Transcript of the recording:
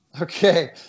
Okay